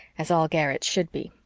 as all garrets should be.